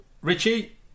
Richie